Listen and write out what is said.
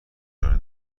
ارائه